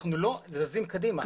אנחנו לא זזים קדימה.